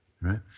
right